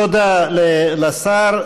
תודה לשר.